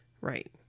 Right